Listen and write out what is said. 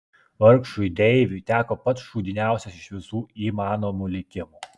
vargšui deiviui teko pats šūdiniausias iš visų įmanomų likimų